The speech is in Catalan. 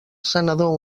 senador